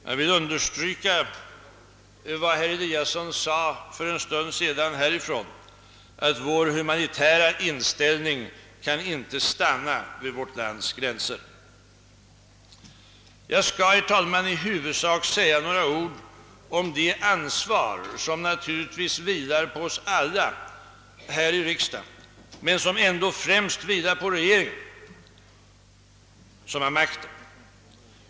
Jag vill understryka vad herr Eliasson i Sundborn för en stund sedan sade härifrån, nämligen att vår humanitära inställning inte kan stanna vid vårt lands gränser. Jag skall, herr talman, i huvudsak säga några ord om det ansvar som naturligtvis vilar på oss alla här i riksdagen men som ändå främst vilar på regeringen som har makten.